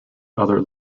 other